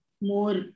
more